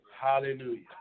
Hallelujah